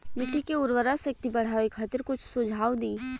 मिट्टी के उर्वरा शक्ति बढ़ावे खातिर कुछ सुझाव दी?